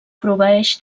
proveeix